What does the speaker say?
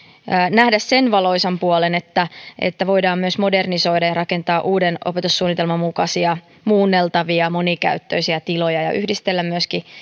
nähdä sen valoisan puolen että että voidaan myös modernisoida ja rakentaa uuden opetussuunnitelman mukaisia muunneltavia monikäyttöisiä tiloja ja yhdistellä